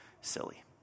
silly